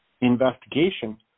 investigation